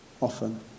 often